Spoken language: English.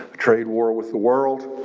trade war with the world,